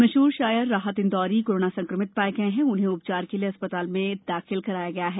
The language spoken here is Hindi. मशहूर शायर राहत इंदौरी कोरोना संक्रमित पाए गए हैं उन्हें उपचार के लिए अस्पताल में दाखिल कराया गया है